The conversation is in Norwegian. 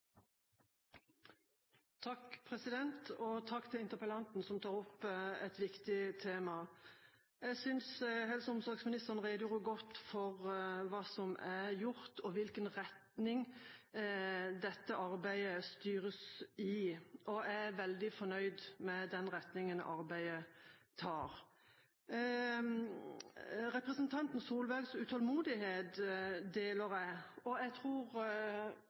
Takk til interpellanten, som tar opp et viktig tema. Jeg synes helse- og omsorgsministeren redegjorde godt for hva som er gjort og hvilken retning dette arbeidet styres i. Jeg er veldig fornøyd med den retningen arbeidet tar. Representanten Solbergs utålmodighet deler jeg. Når vi hører det som statsråden sier, og de signalene han gir, tror jeg